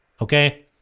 Okay